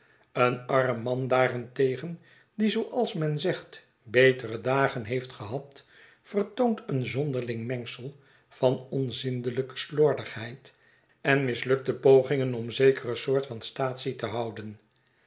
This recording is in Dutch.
een arm man daarentegen die zooals menzegt betere dagen heeft gehad vertoont een zonderling mengsel van onzindelijke slordigheid en mislukte pogingen om zekere soort van staatsie te houden